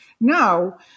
now